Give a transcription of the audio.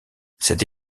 cette